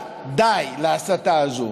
די, די להסתה הזאת.